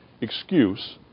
excuse